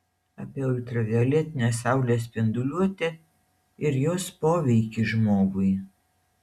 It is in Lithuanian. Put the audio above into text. apie ultravioletinę saulės spinduliuotę ir jos poveikį žmogui